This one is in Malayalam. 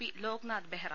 പി ലോക്നാഥ് ബെഹ്റ